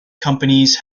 companies